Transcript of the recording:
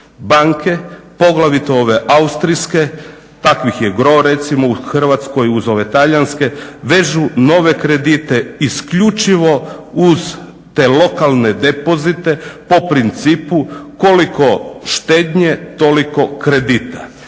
Banke, poglavito ove austrijske takvih je gro, recimo u Hrvatskoj uz ove Talijanske, vežu nove kredite isključivo uz te lokalne depozite po principu koliko štednje toliko kredita,